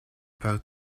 père